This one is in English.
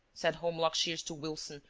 said holmlock shears to wilson,